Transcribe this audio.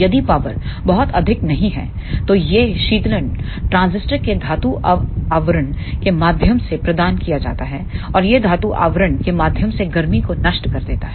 यदि पावर बहुत अधिक नहीं है तो यह शीतलन ट्रांजिस्टर के धातु आवरण के माध्यम से प्रदान किया जाता है और यह धातु आवरण के माध्यम से गर्मी को नष्ट कर देता है